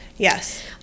Yes